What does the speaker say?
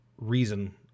reason